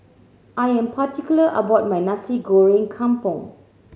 I am particular about my Nasi Goreng Kampung